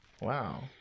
Wow